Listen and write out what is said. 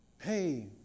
Hey